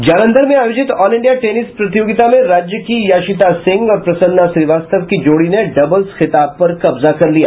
जालंधर में आयोजित all India tennis प्रतियोगिता में राज्य की यासिता सिंह और प्रसन्ना श्रीवास्तव की जोड़ी ने डबल्स खिताब पर कब्जा कर लिया